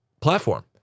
platform